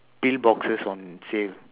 pill boxes on sale